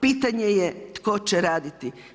Pitanje je tko će raditi.